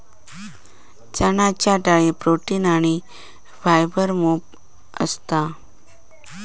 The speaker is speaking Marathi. चण्याच्या डाळीत प्रोटीन आणी फायबर मोप असता